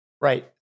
Right